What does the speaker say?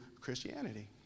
Christianity